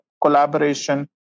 collaboration